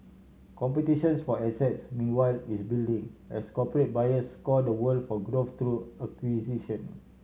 competition for assets meanwhile is building as corporate buyers scour the world for growth through acquisition